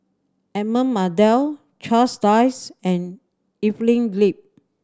Edmund Blundell Charles Dyce and Evelyn Lip